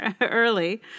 early